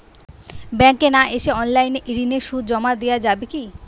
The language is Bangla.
ব্যাংকে না এসে অনলাইনে ঋণের সুদ জমা দেওয়া যাবে কি?